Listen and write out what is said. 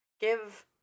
give